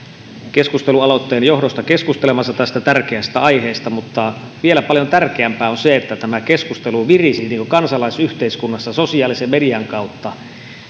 keskustelualoitteen johdosta keskustelemassa tästä tärkeästä aiheesta mutta vielä paljon tärkeämpää on se että tämä keskustelu virisi kansalaisyhteiskunnassa sosiaalisen median kautta